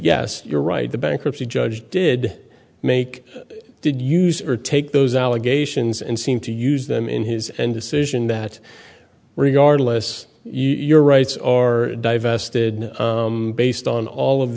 yes you're right the bankruptcy judge did make did use or take those allegations and seem to use them in his and decision that regardless your rights are divested based on all of